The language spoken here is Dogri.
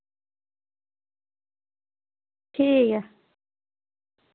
ठीक ऐ